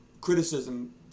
criticism